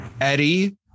Eddie